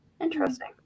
interesting